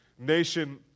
nation